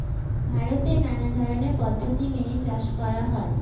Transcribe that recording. ভারতে নানা ধরনের পদ্ধতি মেনে চাষ করা হয়